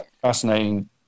fascinating